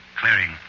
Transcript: Clearing